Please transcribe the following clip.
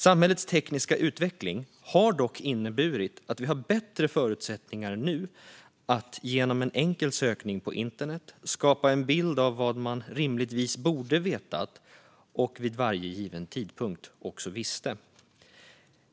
Samhällets tekniska utveckling har dock inneburit att vi nu har bättre förutsättningar att genom en enkel sökning på internet skapa en bild av vad man rimligtvis borde ha vetat och vid varje given tidpunkt visste.